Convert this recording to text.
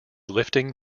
lifting